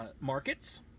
markets